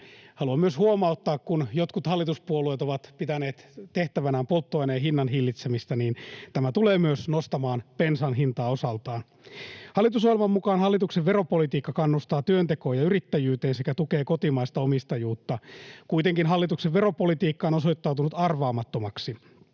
Haluan myös huomauttaa, kun jotkut hallituspuolueet ovat pitäneet tehtävänään polttoaineen hinnan hillitsemistä, että tämä tulee myös nostamaan bensan hintaa osaltaan. Hallitusohjelman mukaan hallituksen veropolitiikka kannustaa työntekoon ja yrittäjyyteen sekä tukee kotimaista omistajuutta. Kuitenkin hallituksen veropolitiikka on osoittautunut arvaamattomaksi.